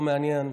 לא מעניין.